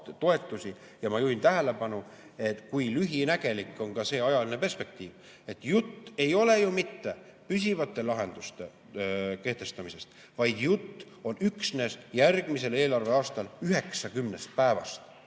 Ma juhin tähelepanu, kui lühinägelik on ka see ajaline perspektiiv. Jutt ei ole ju mitte püsivate lahenduste kehtestamisest, vaid jutt on üksnes 90 päevast järgmisel eelarveaastal. Ja